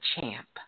champ